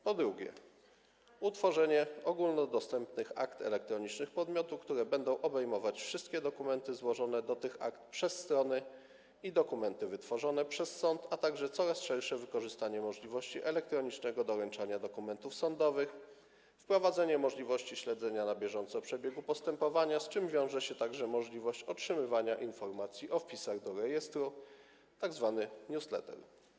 Po drugie, jest to utworzenie ogólnodostępnych akt elektronicznych podmiotu, które będą obejmować wszystkie dokumenty złożone do tych akt przez strony i dokumenty wytworzone przez sąd, a także coraz szersze wykorzystanie możliwości elektronicznego doręczania dokumentów sądowych i wprowadzenie możliwości śledzenia na bieżąco przebiegu postępowania, z czym wiąże się także możliwość otrzymywania informacji o wpisach do rejestru, tzw. newsletter.